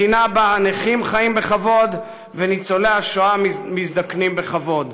מדינה שבה נכים חיים בכבוד וניצולי השואה מזדקנים בכבוד.